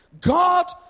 God